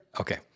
okay